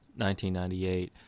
1998